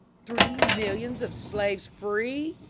three millions of slaves free!